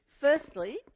Firstly